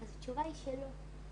אז התשובה היא שלא.